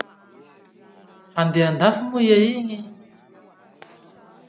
Handeha andafy moa iha iny?